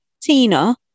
Tina